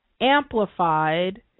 amplified